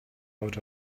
out